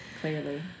Clearly